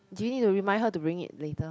do you need to remind her to bring it later